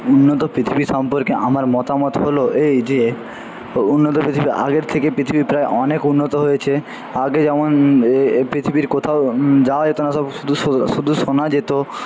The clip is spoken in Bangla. উন্নত পৃথিবী সম্পর্কে আমার মতামত হলো এই যে উন্নত পৃথিবী আগের থেকে পৃথিবী প্রায় অনেক উন্নত হয়েছে আগে যেমন এ পৃথিবীর কোথাও যাওয়া যেত না সব শুধু শুধু শোনা যেত